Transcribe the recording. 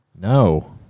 No